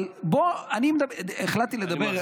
אבל אני החלטתי לדבר,